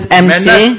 empty